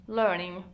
learning